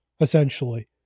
essentially